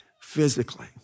physically